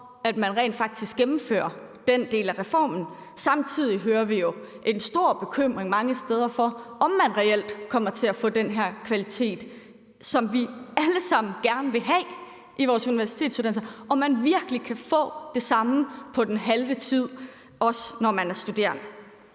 at man rent faktisk gennemfører den del af reformen. Samtidig hører vi jo en stor bekymring mange steder for, om man reelt kommer til at få den her kvalitet, som vi alle sammen gerne vil have i vores universitetsuddannelser, altså om man virkelig kan få det samme på den halve tid, også når man er studerende.